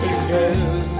Exist